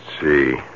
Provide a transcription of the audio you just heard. see